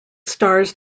stars